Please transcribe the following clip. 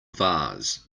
vase